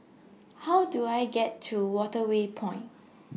How Do I get to Waterway Point